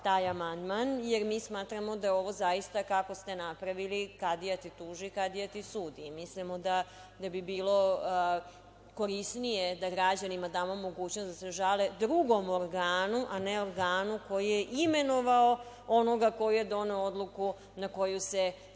taj amandman, jer mi smatramo da je ovo zaista, kako ste napravili, Kadija te tuži, Kadija ti sudi. Mislimo da bi bilo korisnije da građanima damo mogućnost da se žale drugom organu, a ne organu koji je imenovao onoga koji je doneo odluku na koju se